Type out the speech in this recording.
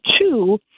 two